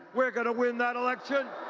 we are going to win that election.